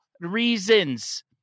reasons